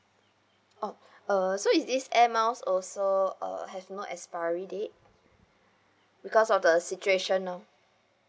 oh uh so is it air miles also uh have no expiry date because of the situation now